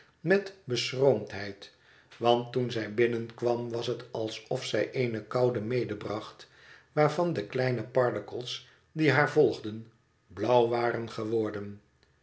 met beschroomdheid want toen zij binnenkwam was het alsof zij eene koude medebracht waarvan de kleine pardiggle's die haar volgden blauw waren geworden